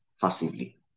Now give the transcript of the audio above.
passively